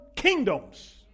kingdoms